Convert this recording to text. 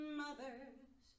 mothers